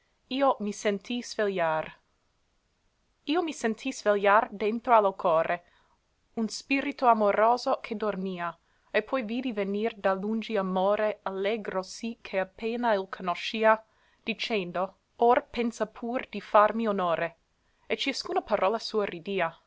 io mi senti svegliar io mi senti svegliar dentro a lo core un spirito amoroso che dormia e poi vidi venir da lungi amore allegro sì che appena il conoscia dicendo or pensa pur di farmi onore e ciascuna parola